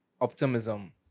optimism